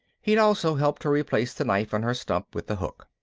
he'd also helped her replace the knife on her stump with the hook.